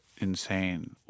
insane